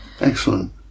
Excellent